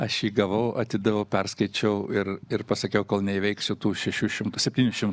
aš jį gavau atidaviau perskaičiau ir ir pasakiau kol neįveiksiu tų šešių šimtų septyni šimtų